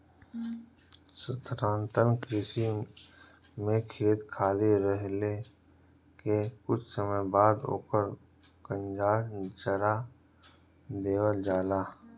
स्थानांतरण कृषि में खेत खाली रहले के कुछ समय बाद ओकर कंजास जरा देवल जाला